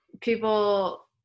people